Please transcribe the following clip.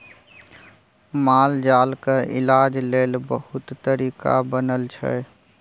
मालजालक इलाज लेल बहुत तरीका बनल छै